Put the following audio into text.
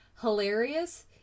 hilarious